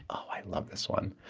oh, i love this one.